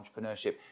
entrepreneurship